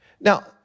Now